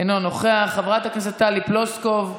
אינו נוכח, חברת הכנסת טלי פלוסקוב,